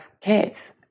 kids